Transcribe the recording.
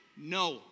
No